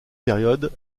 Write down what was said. période